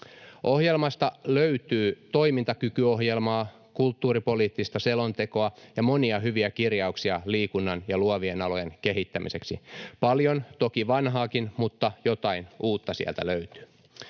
Ohjelmasta löytyy toimintakykyohjelmaa, kulttuuripoliittista selontekoa ja monia hyviä kirjauksia liikunnan ja luovien alojen kehittämiseksi. Paljon toki vanhaakin mutta jotain uuttakin sieltä löytyy.